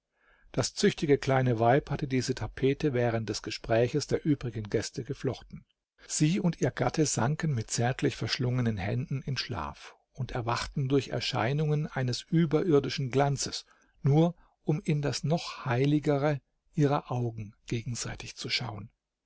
das züchtige kleine weib hatte diese tapete während des gespräches der übrigen gäste geflochten sie und ihr gatte sanken mit zärtlich verschlungenen händen in schlaf und erwachten durch erscheinungen eines überirdischen glanzes nur um in das noch heiligere ihrer augen gegenseitig zu schauen